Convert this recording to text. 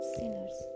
sinners